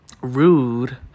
rude